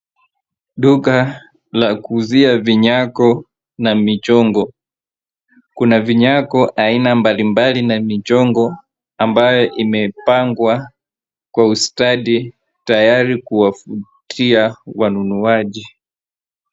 Duka la kuuzia vinyango na michongo. Kuna vinyango aina mbalimbali na michongo ambayo imepangwa kwa ustadi tayari kuwavutia wanunuaji.